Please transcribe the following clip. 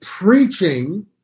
preaching